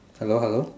hello hello